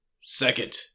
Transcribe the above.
Second